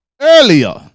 Earlier